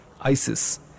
Isis